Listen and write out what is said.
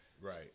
Right